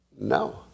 No